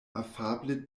afable